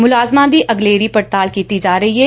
ਮੁਲਾਜਮਾਂ ਦੀ ਅਗਲੇਰੀ ਪੜਤਾਲ ਕੀਤੀ ਜਾ ਰਹੀ ਏ